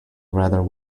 rather